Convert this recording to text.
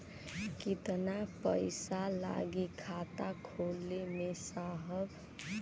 कितना पइसा लागि खाता खोले में साहब?